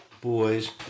boys